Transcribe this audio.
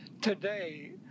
today